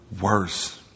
worse